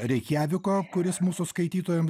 reikjaviko kuris mūsų skaitytojam